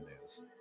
news